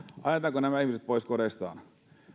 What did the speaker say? ajetaanko nämä ihmiset pois kodeistaan